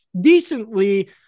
decently